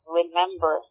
remember